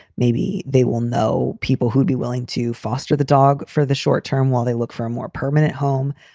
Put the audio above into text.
maybe they will know people who'd be willing to foster the dog for the short term while they look for a more permanent home.